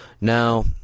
Now